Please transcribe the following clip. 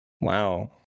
Wow